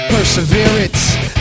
Perseverance